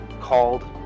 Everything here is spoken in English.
called